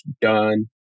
done